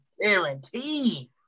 guarantee